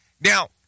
Now